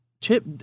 Chip